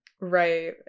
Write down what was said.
right